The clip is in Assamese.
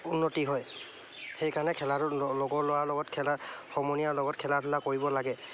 উন্নতি হয় সেইকাৰণে খেলাটো লগৰ ল'ৰাৰ লগত খেলা সমনীয়াৰ লগত খেলা ধূলা কৰিব লাগে